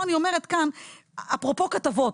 אפרופו כתבות,